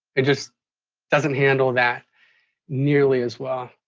it just doesn't handle that nearly as well.